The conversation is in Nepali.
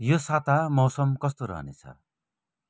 यो साता मौसम कस्तो रहनेछ